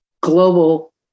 global